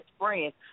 friends